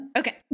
okay